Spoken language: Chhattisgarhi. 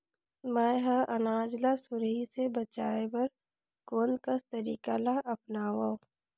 मैं ह अनाज ला सुरही से बचाये बर कोन कस तरीका ला अपनाव?